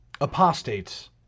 apostates